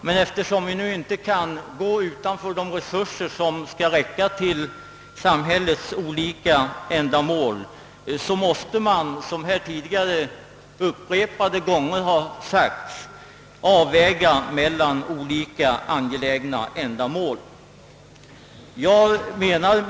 Men eftersom vi inte kan gå utanför de resurser som skall räcka till samhällets olika ändamål så måste vi, som här tidigare upprepade gånger har sagts, väga mellan olika angelägna ändamål.